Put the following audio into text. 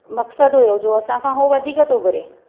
मक़सदु हुयो जो असांखे हो वधीक थो घुरे